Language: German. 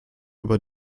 über